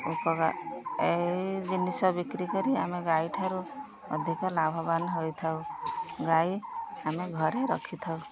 ଉପକାର ଏଇ ଜିନିଷ ବିକ୍ରି କରି ଆମେ ଗାଈଠାରୁ ଅଧିକ ଲାଭବାନ ହୋଇଥାଉ ଗାଈ ଆମେ ଘରେ ରଖିଥାଉ